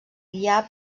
guiar